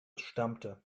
stammte